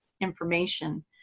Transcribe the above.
information